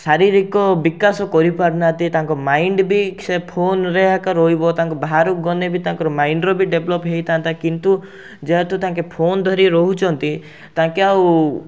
ଶାରୀରିକ ବିକାଶ କରି ପାରୁନାହାନ୍ତି ତାଙ୍କ ମାଇଣ୍ଡ ବି ସେ ଫୋନ୍ରେ ଏକା ରହିବ ତାଙ୍କେ ବାହାରକୁ ଗନେ ବି ତାଙ୍କର ମାଇଣ୍ଡର ଡେଭଲପ୍ ହେଇଥାନ୍ତା କିନ୍ତୁ ଯେହେତୁ ତାଙ୍କେ ଫୋନ୍ ଧରି ରହୁଛନ୍ତି ତାଙ୍କେ ଆଉ